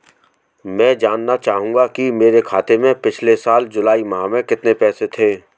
मैं जानना चाहूंगा कि मेरे खाते में पिछले साल जुलाई माह में कितने पैसे थे?